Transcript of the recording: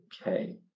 Okay